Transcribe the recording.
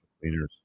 cleaners